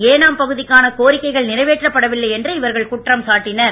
ஏனாம் பகுதிக்கான கோரிக்கைகள் நிறைவேற்றப் படவில்லை என்று இவர்கள் குற்றம் சாட்டினர்